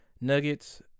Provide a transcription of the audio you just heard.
Nuggets